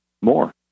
more